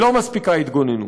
לא מספיקה התגוננות.